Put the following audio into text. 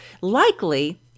likely